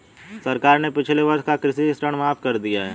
सरकार ने पिछले वर्ष का कृषि ऋण माफ़ कर दिया है